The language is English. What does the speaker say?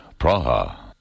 Praha